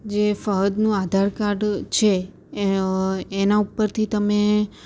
જે ફહદનું આધાર કાર્ડ છે એ એના ઉપરથી તમે